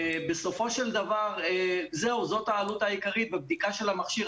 זאת העלות העיקרית בבדיקה של המכשיר.